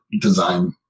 design